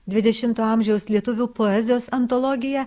dvidešimto amžiaus lietuvių poezijos antologija